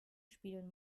spielen